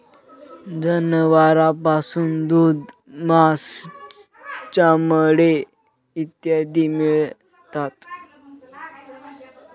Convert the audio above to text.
जनावरांपासून दूध, मांस, चामडे इत्यादी मिळतात